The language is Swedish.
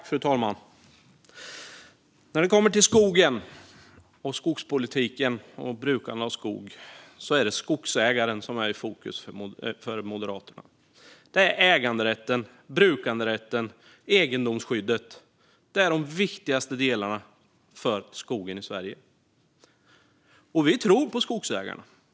Fru talman! När det kommer till skogen, skogspolitiken och brukandet av skog är det skogsägaren som är i fokus för Moderaterna. Äganderätten, brukanderätten och egendomsskyddet är de viktigaste delarna för skogen i Sverige. Vi tror på skogsägarna.